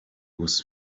was